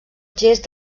gest